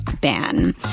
ban